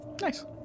Nice